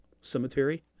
cemetery